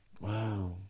Wow